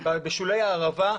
ובשולי הערבה,